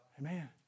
Amen